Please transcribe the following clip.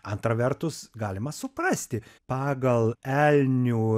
antra vertus galima suprasti pagal elnių